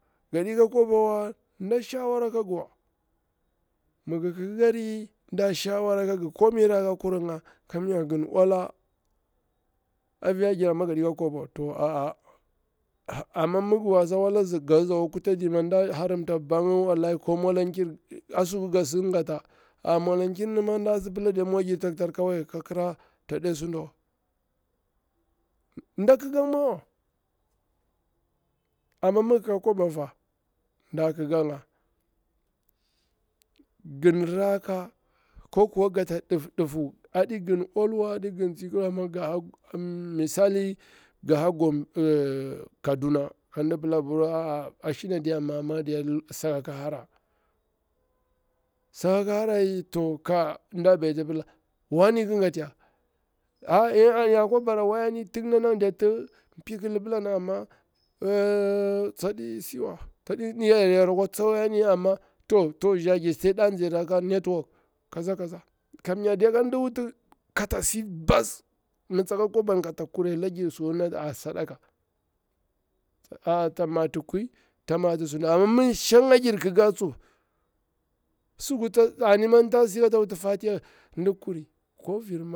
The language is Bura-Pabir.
Ngadi ka kwaba wa nɗa shawara ka ngi wa, mi gi ƙkari da shawara ka ngi komai rakka kurin ga kamnya gin ola afiya gir amma yaɗi kla kwaba wa aa, amma mi ngi wasa wala gazi akwa kutaɗi nɗa harimta babbar nga ko mwalankiri azuku nga si nga tta a mwalankir ni ma nɗa sipila mwagir taktar kawai ka kira ta dai suɗawa, nɗa kika ngi ma wa amma mi ngika kwaba fa nda lake nga, a a ngin rakka ko kuwa ngata diffu diffu aɗigan ol wa aɗi gan tsi kicar wa amma nga misali ga kaduna kadi pila apir mamadiya ashina saka ki hara, saka ki hara iyi to ka nɗa beti pila wani ki ngati yaa ey a yarkwa bara wayani tun nannan diya ti piki liɓilla ni amma eh tsaɗi siwa, yarkwa tsa wayani amma to to za giri sai ndazi rakka network, to kaza kaza kamnya diya aɗi wuti kata si bas, mi tsaka kwaban kata kuri langir su, alada a sadaka, a a ta mati kwui, ta mati suda, amma ni shangajiri kika su suku ta si ma amma tasi si kata wuti fatiya dacci.